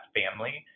family